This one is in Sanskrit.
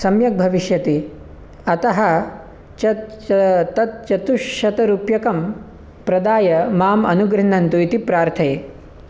सम्यक् भविष्यति अतः चत् तत् चतुश्शतरूप्यकं प्रदाय माम् अनुगृह्नन्तु इति प्रार्थये